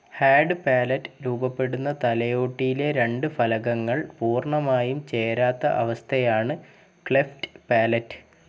hard palate രൂപപ്പെടുന്ന തലയോട്ടിയിലെ രണ്ട് ഫലകങ്ങൾ പൂർണ്ണമായും ചേരാത്ത അവസ്ഥയാണ് ക്ലെഫ്റ്റ് പാലെറ്റ്